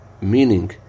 meaning